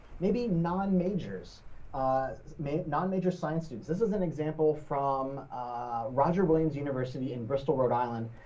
maybe non-majors i mean non-majors science students, this is an example from roger williams university in bristol, rhode island.